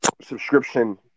subscription